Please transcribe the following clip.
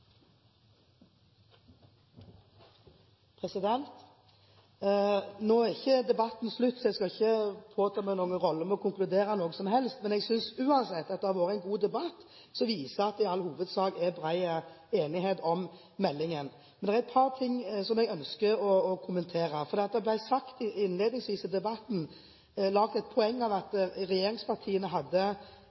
ikke debatten slutt, så jeg skal ikke påta meg rollen å konkludere med noe som helst, men jeg synes uansett at det har vært en god debatt som har vist at det i all hovedsak er bred enighet om meldingen. Men det er et par ting som jeg ønsker å kommentere. Innledningsvis i debatten ble det laget et poeng av at regjeringspartiene hadde